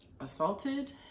assaulted